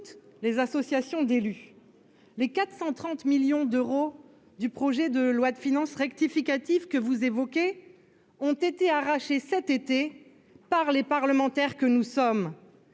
les associations d'élus, les 430 millions d'euros, du projet de loi de finances rectificative que vous évoquez ont été arrachés cet été par les parlementaires que nous sommes